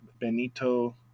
Benito